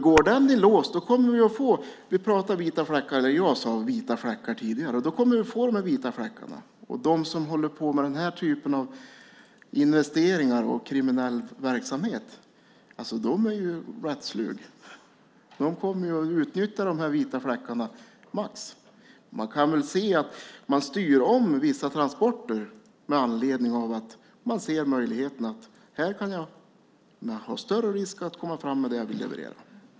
Går den i lås kommer vi att få de här vita fläckarna jag pratade om tidigare. De som håller på med den här typen av investeringar och kriminell verksamhet är rätt sluga. De kommer att utnyttja de här vita fläckarna till max. Vi kan se att man styr om vissa transporter med anledning av att man ser en större risk när det gäller att komma fram med det man vill leverera.